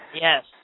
Yes